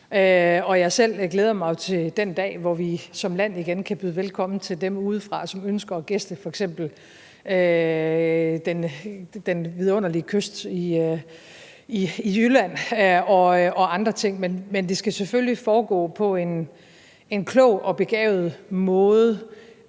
selv glæder mig jo til den dag, hvor vi som land igen kan byde velkommen til dem udefra, som ønsker at gæste f.eks. den vidunderlige kyst i Jylland og andre steder, men det skal selvfølgelig foregå på en klog og begavet måde,